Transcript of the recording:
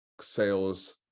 sales